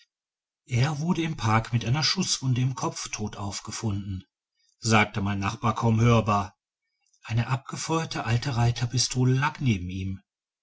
er wurde im park mit einer schußwunde im kopf tot aufgefunden sagte mein nachbar kaum hörbar eine abgefeuerte alte reiterpistole lag neben ihm